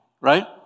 Right